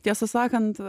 tiesą sakant